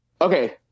Okay